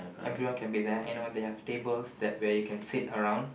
everyone can be there and they have tables where you can sit around